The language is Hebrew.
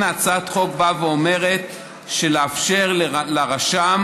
לכן הצעת החוק באה ואומרת: לאפשר לרשם,